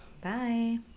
Bye